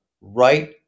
right